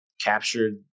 captured